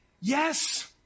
Yes